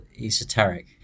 esoteric